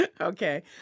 Okay